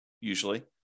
usually